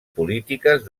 polítiques